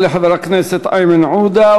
יעלה חבר הכנסת איימן עודה,